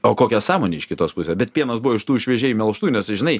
o kokia sąmonė iš kitos pusės bet pienas buvo iš tų šviežiai melžtų nes žinai